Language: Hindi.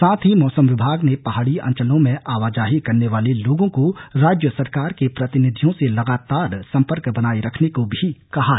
साथ ही मौसम विभाग ने पहाड़ी अंचलों में आवाजाही करने वाले लोगों को राज्य सरकार के प्रतिनिधियों से लगातार संपर्क बनाए रखने को भी कहा है